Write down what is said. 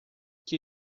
que